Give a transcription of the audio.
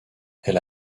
elle